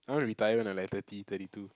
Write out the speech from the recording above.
I wanna retire when I like thirty thirty two